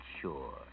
sure